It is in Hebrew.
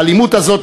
האלימות הזאת,